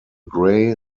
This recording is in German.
gray